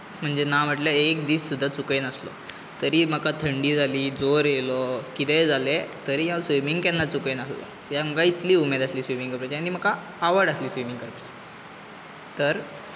म्हणजें ना म्हणटल्यार एक दीस सुद्दां चुकयनासलो जरीय म्हाका थंडी जाली जोर येयलो कितेंय जालें तरीय हांव स्विमिंग केन्ना चुकयनासलो कित्याक म्हाका इतली उमेद आसली स्विमिंग करपाची आनी म्हाका आवड आसली स्विमिंग करपाची तर